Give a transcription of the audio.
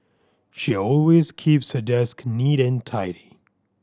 she always keeps her desk neat and tidy